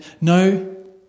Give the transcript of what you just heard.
no